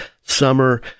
summer